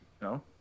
No